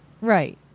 Right